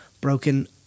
broken